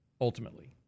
ultimately